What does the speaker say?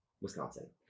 Wisconsin